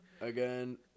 Again